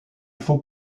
faut